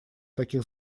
таких